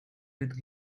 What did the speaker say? with